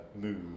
move